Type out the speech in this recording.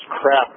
crap